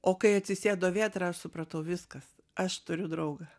o kai atsisėdo vėtra aš supratau viskas aš turiu draugą